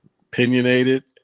opinionated